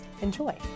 Enjoy